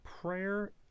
Prayer